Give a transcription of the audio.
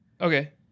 Okay